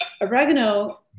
oregano